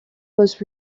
was